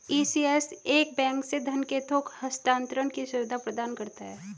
ECS एक bank से धन के थोक हस्तांतरण की सुविधा प्रदान करता है